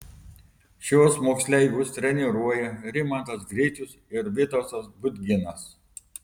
šiuos moksleivius treniruoja rimantas gricius ir vytautas budginas